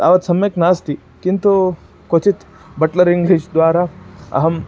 तावत् सम्यक् नास्ति किन्तु क्वचित् बट्लर् इङ्ग्लीश्द्वारा अहम्